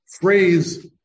phrase